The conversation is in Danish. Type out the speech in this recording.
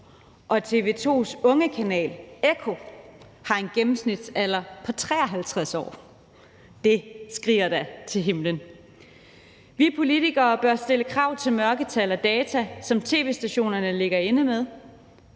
og TV 2's ungekanal, Echo, har en gennemsnitsalder på 53 år. Det skriger da til himlen. Vi politikere bør stille krav til mørketal og data, som tv-stationerne ligger inde med.